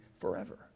forever